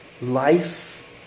life